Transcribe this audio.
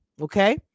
okay